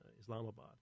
Islamabad